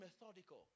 methodical